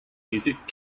music